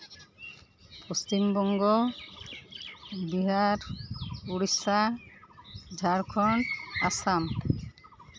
Paschim Banga Bihar Odisha Jharkhand Assam